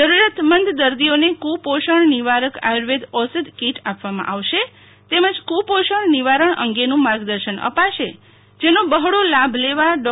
જરૂરિયાતમંદ દર્દીઓને કુપોષણ નિવારક આયુર્વેદ ઔષધ કિટ આપવામાં આવશે તેમજ કુપોષણ નિવારણ અંગેનુંમાર્ગદર્શન અપાશે જેનો બહોળો લાભ લેવા ડો